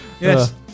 Yes